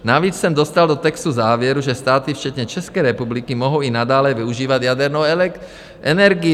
Navíc jsem dostal do textu závěrů, že státy včetně České republiky mohou i nadále využívat jadernou energii.